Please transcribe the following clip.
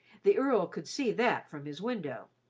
the earl could see that from his window.